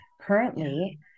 currently